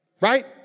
Right